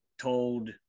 told